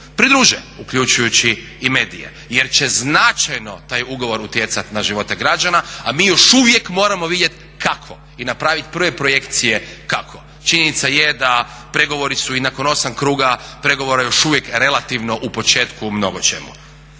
pridruže uključujući i medije jer će značajno taj ugovor utjecati na živote građana a mi još uvijek moramo vidjeti kako i napraviti prve projekcije kako. Činjenica je da pregovori su i nakon 8-am kruga pregovora još uvijek relativno u početku u mnogo čemu.